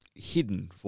hidden